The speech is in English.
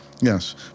Yes